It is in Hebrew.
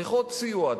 צריכות סיוע,